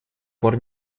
пор